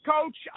Coach